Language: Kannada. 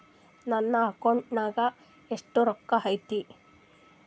ನನ್ನ ಅಕೌಂಟ್ ನಾಗ ಎಷ್ಟು ರೊಕ್ಕ ಐತಿ?